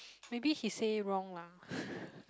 maybe he say wrong lah